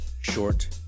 short